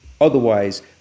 Otherwise